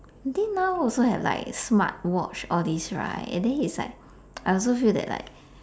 I think now also have like smart watch all this right and then is like I also feel that like